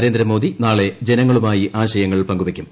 നരേന്ദ്രമോദ്ലി നാളെ ജനങ്ങളുമായി ആശയങ്ങൾ പങ്കുവയ്ക്കും